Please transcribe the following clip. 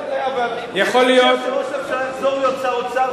אני מציע שראש הממשלה יחזור להיות שר האוצר,